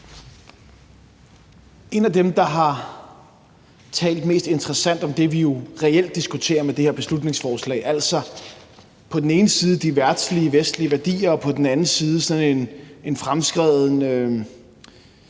En af dem, der har talt mest interessant om det, som vi reelt diskuterer i forbindelse med det her beslutningsforslag, altså på den ene side de vestlige verdslige værdier og på den anden side sådan en fremskreden